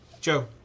Joe